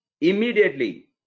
immediately